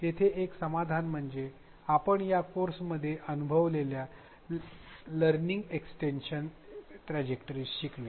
येथे एक समाधान म्हणजे आपण या कोर्समध्येच अनुभवलेल्या लर्निंग एक्सटेंशन ट्रॅजेक्टरिज शिकणे